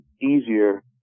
easier